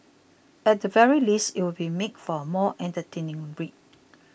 at the very least it would make for a more entertaining read